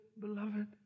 beloved